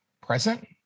present